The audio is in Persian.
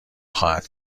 خواهد